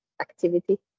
activity